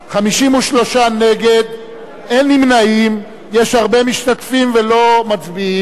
53 נגד, אין נמנעים, יש הרבה משתתפים ולא מצביעים.